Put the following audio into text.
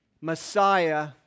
Messiah